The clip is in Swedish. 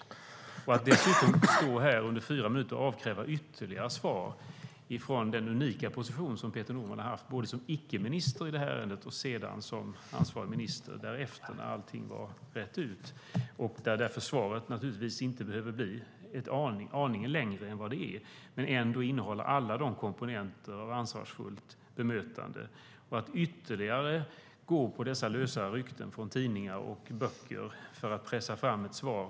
Per Bolund står dessutom här under fyra minuter och avkräver ytterligare svar från den unika position som Peter Norman har haft, både som icke-minister i det här ärendet och som ansvarig minister därefter, när allt var utrett - där svaret därför inte behöver bli ett dugg längre än vad det är utan ändå innehåller alla komponenter av ansvarsfullt bemötande - och går på dessa lösa rykten från tidningar och böcker för att pressa fram ett svar.